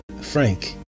Frank